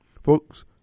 Folks